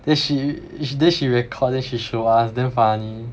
then she then she recorded then she show us damn funny